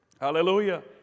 hallelujah